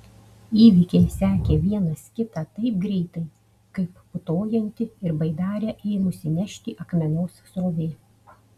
įvykiai sekė vienas kitą taip greitai kaip putojanti ir baidarę ėmusi nešti akmenos srovė